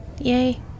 Yay